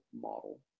model